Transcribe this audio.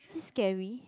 this is scary